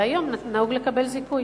והיום נהוג לקבל זיכוי.